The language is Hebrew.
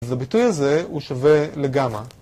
אז הביטוי הזה הוא שווה לגמא.